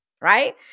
right